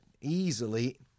easily